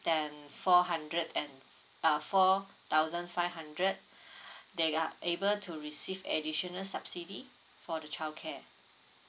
than four hundred and uh four thousand five hundred they are able to receive additional subsidy for the childcare